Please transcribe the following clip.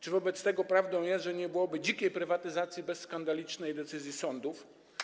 Czy wobec tego prawdą jest, że nie byłoby dzikiej prywatyzacji bez skandalicznych decyzji sądów?